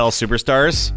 superstars